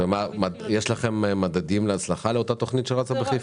יש לכם מדדים להצלחת אותה תכנית שרצה בחיפה?